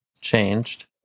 changed